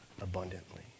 abundantly